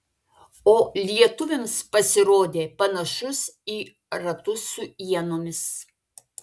o lietuviams pasirodė panašus į ratus su ienomis